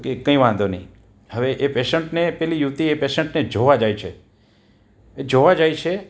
કે કઈ વાંધો નહીં હવે એ પેશન્ટને પેલી યુવતી એ પેશન્ટને જોવા જાય છે જોવા જાય છે